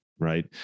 right